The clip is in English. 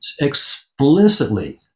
explicitly